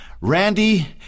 Randy